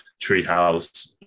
Treehouse